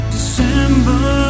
December